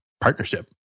partnership